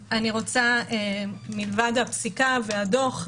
מלבד הפסיקה והדוח,